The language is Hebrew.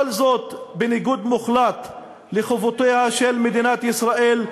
כל זאת בניגוד מוחלט לחובותיה של מדינת ישראל,